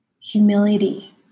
humility